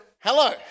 Hello